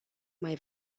mai